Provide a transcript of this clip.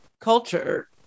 culture